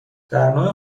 درنوع